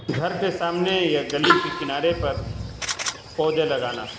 گھر کے سامنے یا گلی کے کنارے پر پودے لگانا